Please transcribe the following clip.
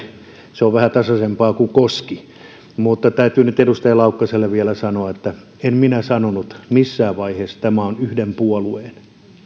se on vähän tasaisempi kuin koski mutta täytyy nyt edustaja laukkaselle vielä sanoa että en minä sanonut missään vaiheessa että tämä on yhden puolueen